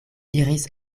iris